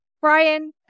Brian